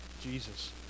Jesus